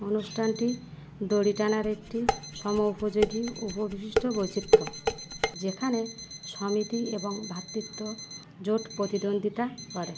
অনুষ্ঠানটি দড়ি টানার একটি সময়োপযোগী উপবিষ্ট বৈচিত্র্য যেখানে সমিতি এবং ভ্রাতৃত্ব জোট প্রতিদ্বন্দ্বিতা করে